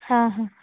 हा हा